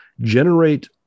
generate